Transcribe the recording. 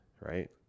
right